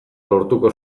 lortuko